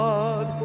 God